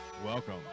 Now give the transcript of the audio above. Welcome